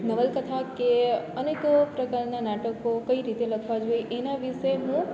નવલકથા કે અનેક પ્રકારનાં નાટકો કઈ રીતે લખવાં જોઈએ એના વિષે હું